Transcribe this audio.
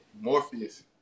Morpheus